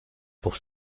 pour